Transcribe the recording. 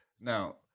Now